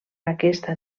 aquesta